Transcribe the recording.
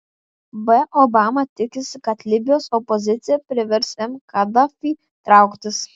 b obama tikisi kad libijos opozicija privers m kadafį trauktis